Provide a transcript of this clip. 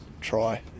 try